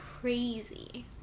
crazy